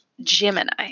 Gemini